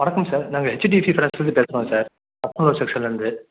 வணக்கம் சார் நாங்கள் ஹெச்டிஎஃப்சி பிரான்ச்லேர்ந்து பேசுகிறோம் சார் அப்ரூவல் செக்ஷன்லேர்ந்து